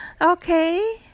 Okay